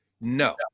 No